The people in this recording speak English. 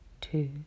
two